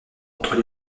entre